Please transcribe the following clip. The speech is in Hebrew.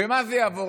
במה זה יעבור?